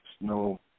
no